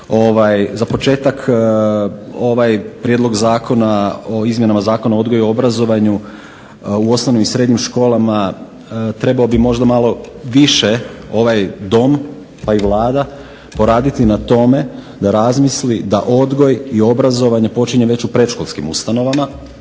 Za početak ovaj prijedlog Zakona o izmjenama Zakona o odgoju i obrazovanju u osnovnim i srednjim školama trebao bi možda malo više ovaj Dom pa i Vlada poraditi na tome da razmisli da odgoj i obrazovanje počinje već u predškolskim ustanovama